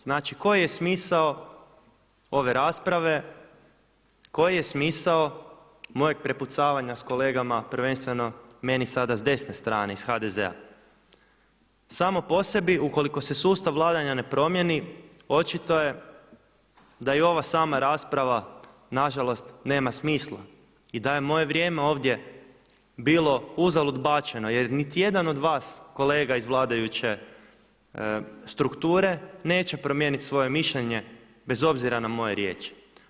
Znači koji je smisao ove rasprave, koji je smisao mojeg prepucavanja s kolegama prvenstveno meni sada s desne strane iz HDZ-a? samo po sebi ukoliko se sustav vladanja ne promijeni, očito je da i ova sama rasprava nažalost nema smisla i da je moje vrijeme ovdje bilo uzalud bačeno jer niti jedan od vas kolega iz vladajuće strukture neće promijeniti svoje mišljenje bez obzira na moje riječi.